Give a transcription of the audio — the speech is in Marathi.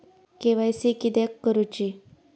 के.वाय.सी किदयाक करूची?